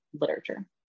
literature